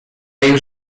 już